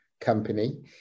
company